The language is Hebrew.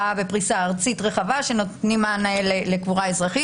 בפריסה ארצית רחבה שנותנים מענה לקבורה אזרחית.